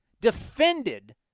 defended